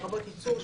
לרבות ייצור,